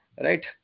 right